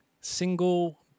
single